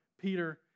Peter